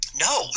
No